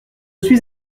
suis